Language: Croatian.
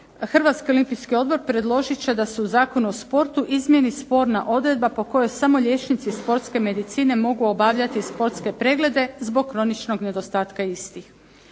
Hrvatski olimpijski odbor predložit će da se u Zakonu o sportu izmijeni sporna odredba po kojoj samo liječnici sportske medicine mogu obavljati sportske preglede zbog kroničnog nedostatka istih.